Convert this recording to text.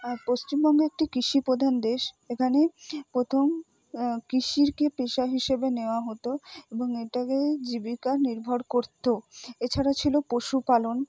আর পশ্চিমবঙ্গ একটি কৃষি প্রধান দেশ এখানে প্রথম কৃষিকে পেশা হিসাবে নেওয়া হতো এবং এটাকেই জীবিকা নির্ভর করত এছাড়াও ছিল পশুপালন